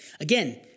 Again